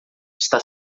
está